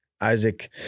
Isaac